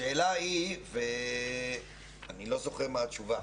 השאלה היא ואני לא זוכר מהי התשובה,